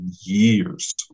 years